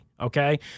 Okay